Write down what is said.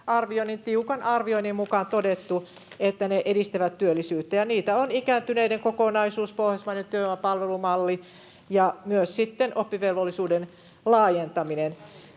tiukan arvioinnin, mukaan todettu, että ne edistävät työllisyyttä. Ja niitä ovat ikääntyneiden kokonaisuus, pohjoismainen työvoimapalvelumalli ja sitten myös oppivelvollisuuden laajentaminen.